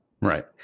Right